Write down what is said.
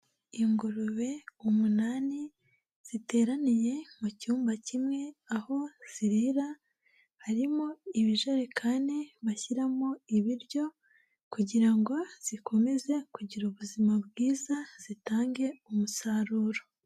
Ingurube umunani ziteraniye mu cyumba kimwe aho zirira, harimo ibijerekani bashyiramo ibiryo kugira ngo zikomeze kugira ubuzima bwiza zitange umusaruro.